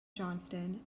johnston